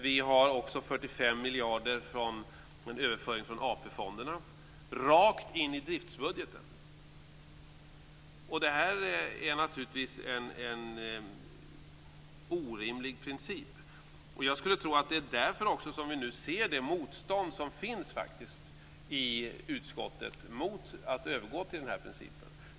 Vi har också 45 miljarder i överföring från AP-fonderna, rakt in i driftsbudgeten. Det är naturligtvis en orimlig princip. Jag skulle tro att det är därför som vi nu ser det motstånd som faktiskt finns i utskottet mot att övergå till den här principen.